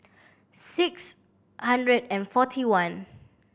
six hundred and forty one